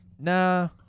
nah